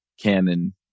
Canon